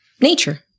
nature